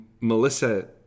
Melissa